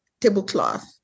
tablecloth